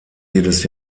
jedes